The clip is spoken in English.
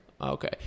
Okay